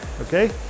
okay